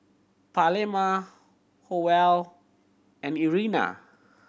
Pamela Howell and Irena